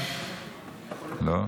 לא,